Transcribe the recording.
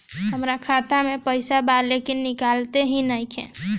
हमार खाता मे पईसा बा लेकिन निकालते ही नईखे?